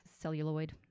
Celluloid